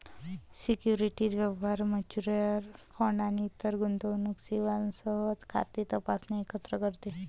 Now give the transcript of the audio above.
securities व्यवहार, mutual fund आणि इतर गुंतवणूक सेवांसह खाते तपासणे एकत्र करते